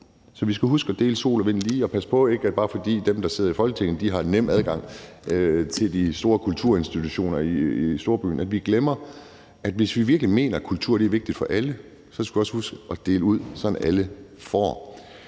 Så vi skal huske at dele sol og vind lige og passe på ikke at glemme nogen, bare fordi dem, der sidder i Folketinget, har nem adgang til de store kulturinstitutioner i storbyen. Hvis vi virkelig mener, at kultur er vigtigt for alle, skal vi også huske at dele ud, sådan at alle får.